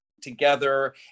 together